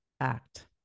act